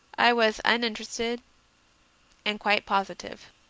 i was uninterested and quite positive.